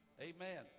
Amen